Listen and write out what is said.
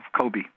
Kobe